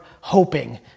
hoping